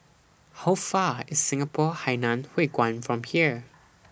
How Far IS Singapore Hainan Hwee Kuan from here